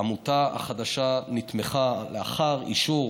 העמותה החדשה נתמכה לאחר אישור